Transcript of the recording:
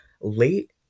late